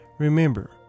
Remember